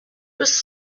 was